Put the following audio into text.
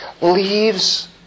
leaves